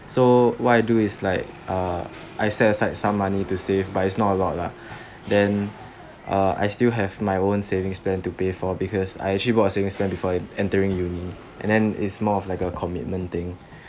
so what I do is like uh I set aside some money to save but is not a lot lah then uh I still have my own savings plan to pay for because I actually bought a savings plan before entering uni and then is more like a commitment thing